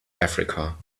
africa